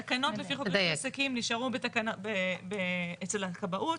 התקנות לפי חוק רישוי עסקים נשארו אצל הכבאות.